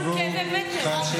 יש לנו כאבי בטן.